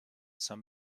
some